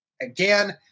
Again